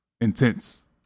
intense